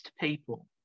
people